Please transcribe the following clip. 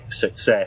success